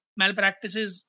malpractices